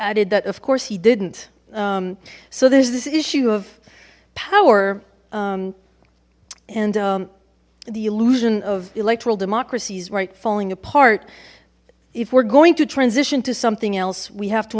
added that of course he didn't so there's this issue of power and the illusion of electoral democracies right falling apart if we're going to transition to something else we have to